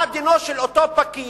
מה דינו של אותו פקיד,